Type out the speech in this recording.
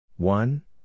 One